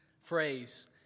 phrase